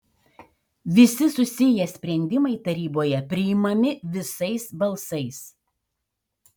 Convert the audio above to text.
visi susiję sprendimai taryboje priimami visais balsais